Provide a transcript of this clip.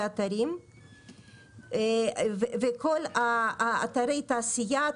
אתרים וכל אתרי התעשייה,